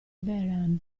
vehrehan